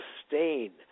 sustain